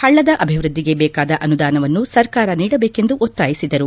ಹಳ್ಳದ ಅಭಿವೃದ್ಧಿಗೆ ಬೇಕಾದ ಅನುದಾನವನ್ನು ಸರ್ಕಾರ ನೀಡಬೇಕೆಂದು ಒತ್ತಾಯಿಸಿದರು